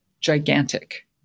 gigantic